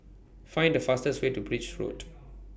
Find The fastest Way to Birch Road